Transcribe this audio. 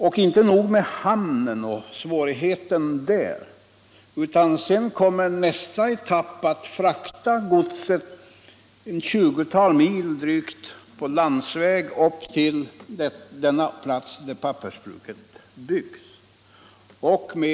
Det är inte heller nog med hamnen utan sedan uppstår svårigheter i nästa etapp med att frakta godset drygt ett 20-tal mil på landsväg till den plats där pappersbruket byggs.